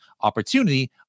opportunity